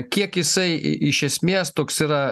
kiek jisai iš esmės toks yra